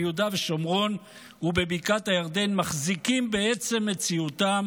ביהודה ושומרון ובבקעת הירדן מחזיקים בעצם מציאותם